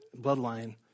bloodline